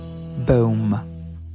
Boom